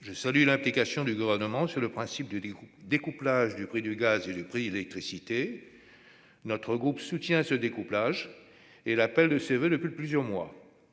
Je salue l'implication du Gouvernement sur le principe du découplage du prix du gaz et du prix de l'électricité. Notre groupe soutient ce découplage et l'appelle de ses voeux depuis plusieurs mois.